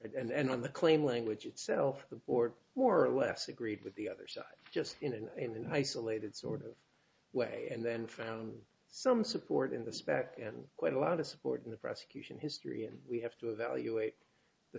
it and on the claim language itself the board more or less agreed with the other side just in an in an isolated sort of way and then found some support in the spec and quite a lot of support in the prosecution history and we have to evaluate the